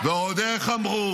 מי אמר?